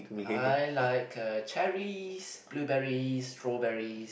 I like uh cherries blueberries strawberries